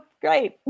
great